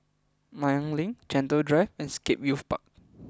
Nanyang Link Gentle Drive and Scape Youth Park